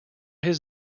his